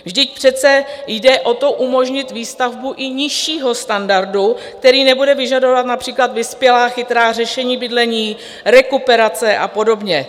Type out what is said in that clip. Vždyť přece jde o to, umožnit výstavbu i nižšího standardu, který nebude vyžadovat například vyspělá chytrá řešení bydlení, rekuperace a podobně.